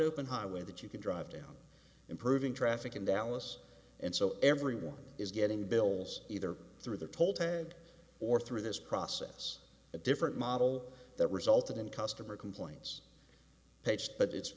open highway that you can drive down improving traffic in dallas and so everyone is getting bills either through their told head or through this process a different model that resulted in customer complaints page but it's